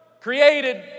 created